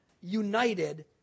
united